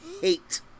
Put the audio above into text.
hate